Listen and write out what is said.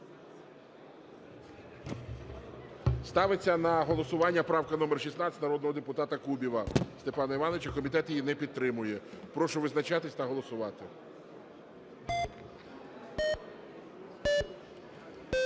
Ставиться на голосування правка номер 16 народного депутата Кубіва Степана Івановича. Комітет її не підтримує. Прошу визначатись та голосувати.